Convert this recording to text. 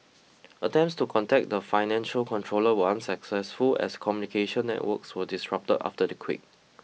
attempts to contact the financial controller were unsuccessful as communication networks were disrupted after the quake